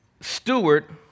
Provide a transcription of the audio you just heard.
Steward